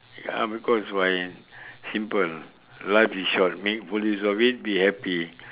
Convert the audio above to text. ya because why simple life is short make full use of it be happy